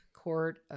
Court